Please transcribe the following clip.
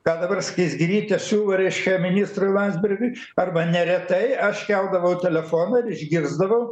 ką dabar skaisgirytė siūlo ministrui landsbergiui arba neretai aš keldavau telefoną ir išgirsdavau